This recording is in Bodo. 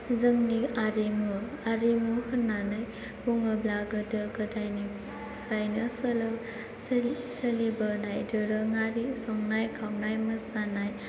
जोंनि हारिमु होननानै बुङोब्ला गोदो गोदायनिफ्रायनो सोलिबोनाय दोरोङारि संनाय खावनाय मोसानाय